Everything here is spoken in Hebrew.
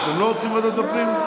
אתם לא רוצים ועדת הפנים?